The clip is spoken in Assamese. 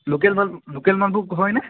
লোকেল মাল লোকেল মালভোগ হয়নে